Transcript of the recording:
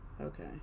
Okay